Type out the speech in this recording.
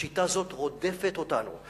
השיטה הזאת רודפת אותנו.